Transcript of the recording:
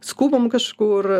skubam kažkur